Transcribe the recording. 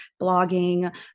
blogging